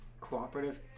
cooperative